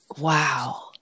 wow